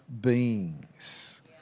beings